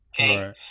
Okay